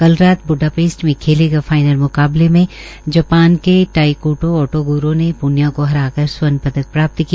कल रात ब्डापेस्ट में खेले गए फाईनल मुकाबले में जापान के टाईक्टो ओटोग्रो ने प्रनिया को हरा कर स्वर्ण पदक प्राप्त किया